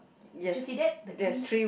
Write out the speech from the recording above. did you see that the three